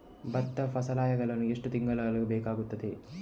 ಭತ್ತ ಫಸಲಾಗಳು ಎಷ್ಟು ತಿಂಗಳುಗಳು ಬೇಕಾಗುತ್ತದೆ?